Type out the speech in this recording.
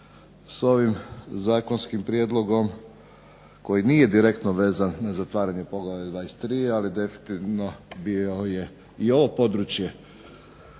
s ovim zakonskim prijedlogom koji nije direktno vezan na zatvaranje poglavlja 23. ali definitivno bio je i ovo područje